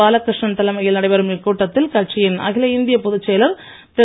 பாலகிருஷ்ணன் தலைமையில் நடைபெறும் இக்கூட்டத்தில் கட்சியின் அகில இந்திய பொதுச் செயலர் திரு